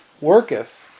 worketh